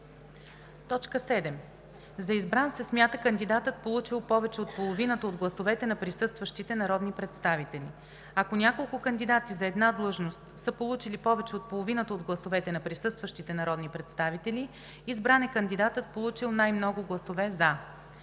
друго. 7. За избран се смята кандидатът, получил повече от половината от гласовете на присъстващите народни представители. Ако няколко кандидати за една длъжност са получили повече от половината от гласовете на присъстващите народни представители, избран е кандидатът, получил най-много гласове „за“.